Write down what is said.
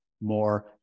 more